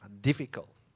difficult